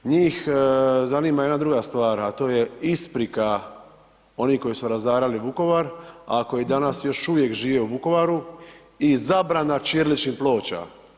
Njih zanima jedna druga stvar, a to je isprika onih koji su razarali Vukovar, a koji danas još uvijek žive u Vukovaru i zabrana ćiriličnih ploča.